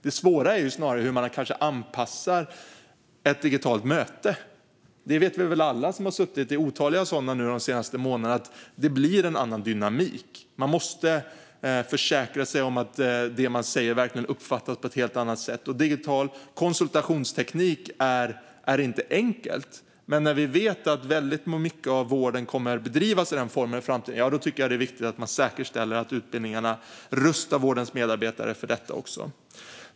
Det svåra är kanske snarare hur man anpassar ett digitalt möte. Alla vi som har suttit i otaliga sådana de senaste månaderna vet väl att det blir en annan dynamik. Man måste på ett helt annat sätt försäkra sig om att det man säger verkligen uppfattas. Digital konsultationsteknik är inte enkelt, men när vi vet att väldigt mycket av vården kommer att bedrivas i den formen i framtiden tycker jag att det är viktigt att säkerställa att utbildningarna rustar vårdens medarbetare också för detta.